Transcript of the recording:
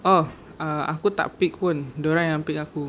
oh ah aku tak pick pun dorang yang pick aku